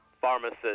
pharmacist